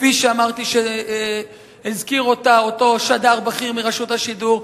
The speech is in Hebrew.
כפי שאמרתי שהזכיר אותה אותו שדר בכיר מרשות השידור,